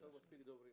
יש לנו מספיק דוברים.